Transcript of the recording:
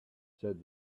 said